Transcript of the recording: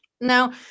now